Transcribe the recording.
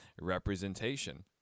representation